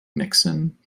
nixon